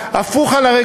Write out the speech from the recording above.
הפוך על הביורוקרטיה,